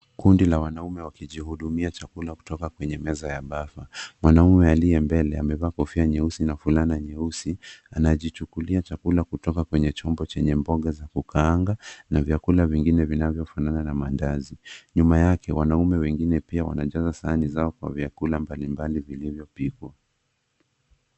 Kundi la wanaume wakijihudumia chakula kutoka kwenye meza ya bafa. Mwanaume aliye mbele amevaa kofia nyeusi na fulana nyeusi anajichukulia chakula kutoka kwenye chombo chenye mboga za kukaanga na vyakula vingine vinavyofanana na maandazi. Nyuma yake, wanaume wengine pia wanajaza sahani zao kwa vyakula mbalimbali vilivyopikwa.